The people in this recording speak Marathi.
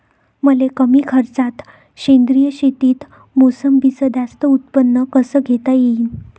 मले कमी खर्चात सेंद्रीय शेतीत मोसंबीचं जास्त उत्पन्न कस घेता येईन?